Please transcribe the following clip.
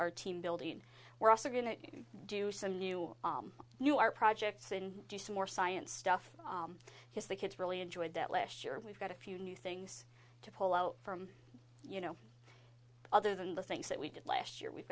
our team building we're also going to do some new new our projects and do some more science stuff because the kids really enjoyed that last year and we've got a few new things to pull out from you know other than the things that we did last year we've